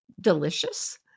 delicious